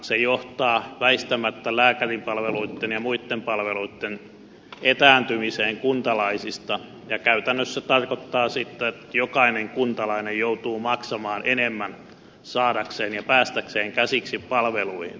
se johtaa väistämättä lääkäripalveluitten ja muitten palveluitten etääntymiseen kuntalaisista ja käytännössä tarkoittaa sitten että jokainen kuntalainen joutuu maksamaan enemmän saadakseen ja päästäkseen käsiksi palveluihin